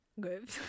Good